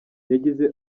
yagize